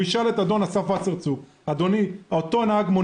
הוא ישאל את אדון אסף וסרצוג על אותו נהג מונית.